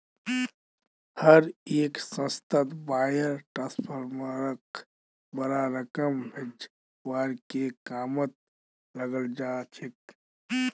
हर एक संस्थात वायर ट्रांस्फरक बडा रकम भेजवार के कामत लगाल जा छेक